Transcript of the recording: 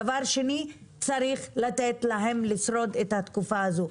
דבר שני, צריך לתת להם לשרוד את התקופה הזו.